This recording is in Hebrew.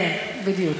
כן, בדיוק.